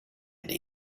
dei